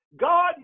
God